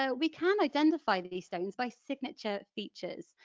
ah we can identify these stones by signature features,